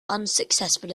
unsuccessful